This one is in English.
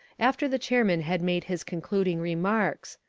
after the chairman had made his concluding remarks.